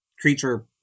creature